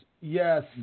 Yes